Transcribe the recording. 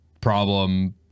problem